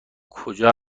کجا